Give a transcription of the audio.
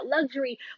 luxury